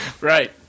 Right